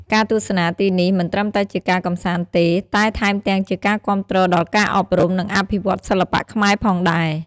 ការទស្សនាទីនេះ មិនត្រឹមតែជាការកម្សាន្តទេ តែថែមទាំងជាការគាំទ្រដល់ការអប់រំ និងអភិវឌ្ឍន៍សិល្បៈខ្មែរផងដែរ។